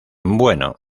bueno